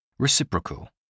Reciprocal